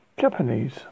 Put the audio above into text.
Japanese